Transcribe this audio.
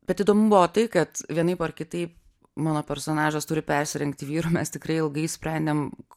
bet įdomu buvo tai kad vienaip ar kitaip mano personažas turi persirengti vyru mes tikrai ilgai sprendėm